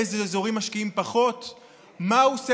באיזה אזורים משקיעים פחות,